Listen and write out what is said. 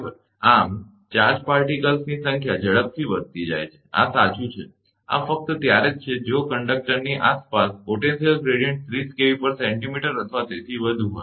આમ ચાર્જ કણોની સંખ્યા ઝડપથી વધતી જાય છે આ સાચું છે આ ફક્ત ત્યારે જ થાય છે જો કંડક્ટરની આસપાસ પોટેન્શિયલ ગ્રેડીયંટ 30 kVcm અથવા તેથી વધુ હોય